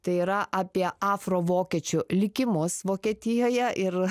tai yra apie afrovokiečių likimus vokietijoje ir